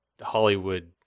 Hollywood